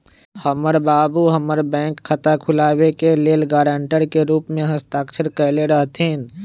हमर बाबू हमर बैंक खता खुलाबे के लेल गरांटर के रूप में हस्ताक्षर कयले रहथिन